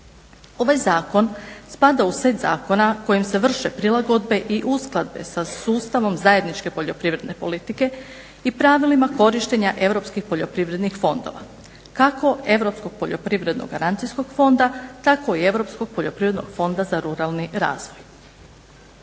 Ovaj zakon spada u set zakona kojim se vrše prilagodbe i uskladbe sa sustavom zajedničke poljoprivredne politike i pravilima korištenja europskih poljoprivrednih fondova, kako Europskog poljoprivrednog garancijskog fonda tako i Europskog poljoprivrednog fonda za ruralni razvoj.